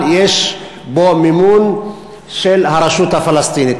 יש בו מימון של הרשות הפלסטינית.